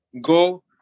go